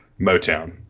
Motown